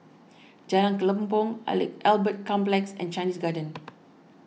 Jalan Kelempong Albert Complex and Chinese Garden